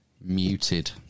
muted